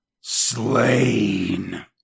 Slain